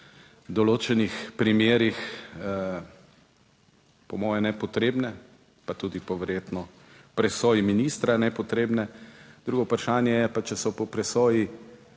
določenih primerih, po moje, nepotrebne pa tudi po verjetno presoji ministra nepotrebne. Drugo vprašanje je pa, če so po presoji